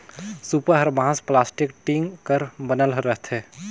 सूपा हर बांस, पलास्टिक, टीग कर बनल रहथे